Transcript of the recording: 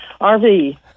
RV